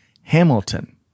Hamilton